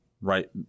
right